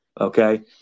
Okay